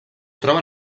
troba